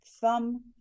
thumb